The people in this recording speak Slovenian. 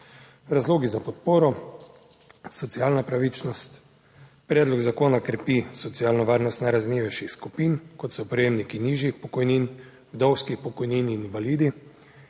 Razlogi za podporo, socialna pravičnost. Predlog zakona krepi socialno varnost najranljivejših skupin kot so prejemniki nižjih pokojnin, vdovskih pokojnin in invalidi.